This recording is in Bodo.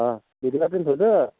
अह बिदिबा दोन्थ'दो